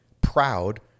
proud